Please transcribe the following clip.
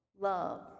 love